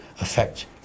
effect